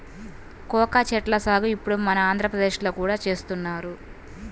cocoa చెట్ల సాగు ఇప్పుడు మన ఆంధ్రప్రదేశ్ లో కూడా చేస్తున్నారు